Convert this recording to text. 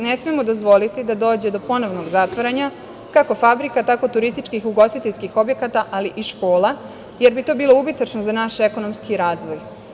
Ne smemo dozvoliti da dođe do ponovnog zatvaranja, kako fabrika, tako turističkih, ugostiteljskih objekata, ali i škola, jer bi to bilo ubitačno za naš ekonomski razvoj.